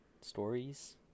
stories